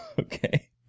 Okay